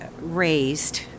raised